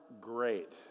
great